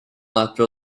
after